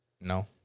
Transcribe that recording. No